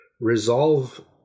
resolve